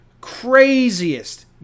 craziest